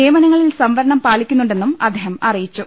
നിയമനങ്ങളിൽ സംവരണം പാലിക്കുന്നുണ്ടെന്നും അദ്ദേഹം അറിയിച്ചു